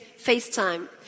FaceTime